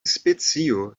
specio